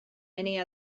many